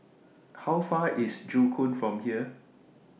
How Far away IS Joo Koon from here